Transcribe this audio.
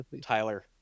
Tyler